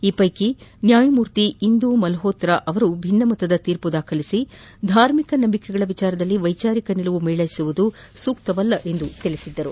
ಈ ಪೈಕಿ ನ್ಯಾಯಮೂರ್ತಿ ಇಂದೂ ಮಲ್ಮೋತ್ರಾ ಭಿನ್ನಮತದ ತೀರ್ಮ ದಾಖಲಿಸಿ ಧಾರ್ಮಿಕ ನಂಬಿಕೆಗಳ ವಿಚಾರದಲ್ಲಿ ವೈಚಾರಿಕ ನಿಲುವು ಮೇಳ್ಳೆಸುವುದು ಸೂಕ್ತವಲ್ಲ ಎಂದು ತಿಳಿಸಿದ್ದರು